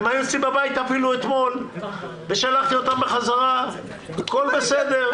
הם אפילו היו אתמול אצלי בבית ושלחתי אותם בחזרה והכול בסדר.